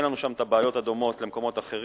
אין לנו שם בעיות שדומות לבעיות במקומות אחרים.